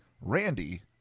Randy